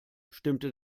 stimmte